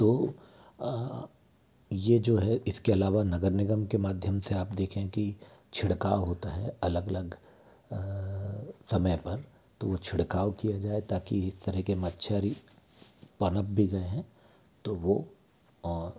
तो ये जो है इसके अलावा नगर निगम के माध्यम से आप देखें कि छिड़काव होता है अलग अलग समय पर तो वो छिड़काव किया जाए ताकि इस तरह के मच्छर पनप भी गए हैं तो वाे और